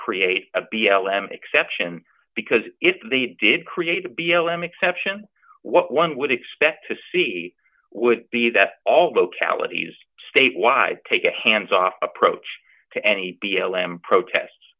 create a b l m exception because if they did create a b l m exception what one would expect to see would be that all localities statewide take a hands off approach to any b l m protests